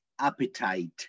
appetite